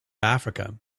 africa